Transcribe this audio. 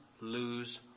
lose